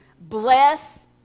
bless